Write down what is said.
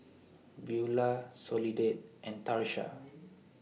Beulah Soledad and Tarsha